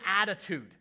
attitude